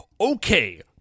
Okay